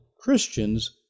Christians